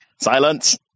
Silence